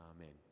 Amen